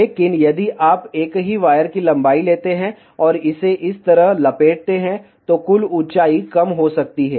लेकिन यदि आप एक ही वायर की लंबाई लेते हैं और इसे इस तरह लपेटते हैं तो कुल ऊंचाई कम हो सकती है